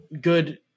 good –